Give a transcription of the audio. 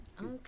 Okay